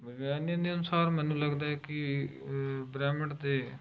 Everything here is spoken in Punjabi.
ਵਿਗਿਆਨੀਆਂ ਦੇ ਅਨੁਸਾਰ ਮੈਨੂੰ ਲੱਗਦਾ ਹੈ ਕਿ ਬ੍ਰਹਿਮੰਡ 'ਤੇ